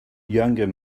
younger